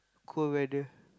cold weather